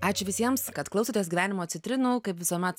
ačiū visiems kad klausotės gyvenimo citrinų kaip visuomet